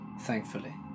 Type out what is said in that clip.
thankfully